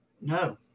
No